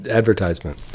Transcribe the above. advertisement